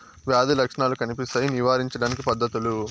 వ్యాధి లక్షణాలు కనిపిస్తాయి నివారించడానికి పద్ధతులు?